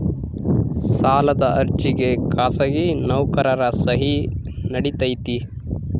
ಸಾಲದ ಅರ್ಜಿಗೆ ಖಾಸಗಿ ನೌಕರರ ಸಹಿ ನಡಿತೈತಿ?